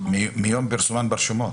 מיום פרסומן ברשומות.